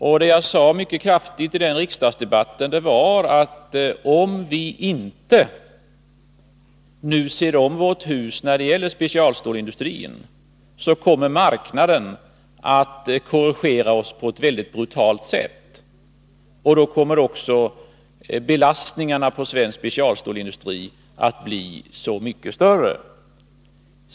Vad jag mycket kraftigt betonade i den åberopade riksdagsdebatten var att om vi inte nu ser om vårt hus när det gäller specialstålsindustrin, kommer marknaden att korrigera oss på ett mycket brutalt sätt och att belastningarna på svensk specialstålsindustri då kommer att bli så mycket större.